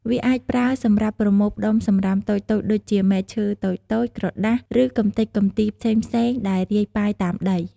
វាអាចប្រើសម្រាប់ប្រមូលផ្តុំសំរាមតូចៗដូចជា មែកឈើតូចៗ ក្រដាស ឬកំទេចកំទីផ្សេងៗដែលរាយប៉ាយតាមដី។